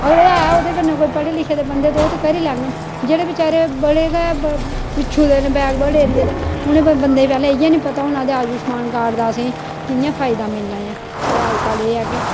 अगर एह् ओह्दे कन्नै पढे़ लिखे दे बंदे न तां ओह् करी लैङन जेह्डे़ बचैरे बडे़ गै पिच्छूं दे न बैकवर्ड एरियै दे उ'नें बंदे गी पैह्लें इ'यै निं पता होना कि आयुषमान कार्ड दा अंसे गी कि'यां फायदा मिलना ऐ पर अजकल एह् है के